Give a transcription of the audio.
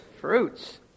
Fruits